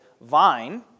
vine